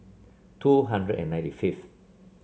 two hundred and ninety fifth